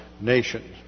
nations